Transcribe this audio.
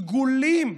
דגולים,